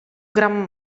gran